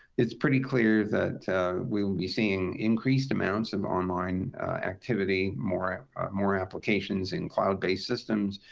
it's pretty clear that we will be seeing increased amounts of online activity, more more applications in cloud-based systems,